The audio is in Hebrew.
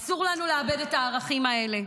אסור לנו לאבד את הערכים האלה.